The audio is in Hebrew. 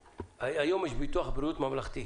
היום יש ביטוח בריאות ממלכתי,